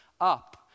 up